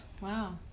Wow